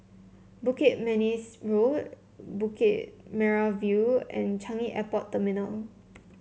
Bukit Manis Road Bukit Merah View and Changi Airport Terminal